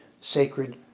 sacred